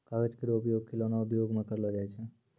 कागज केरो उपयोग खिलौना उद्योग म करलो जाय छै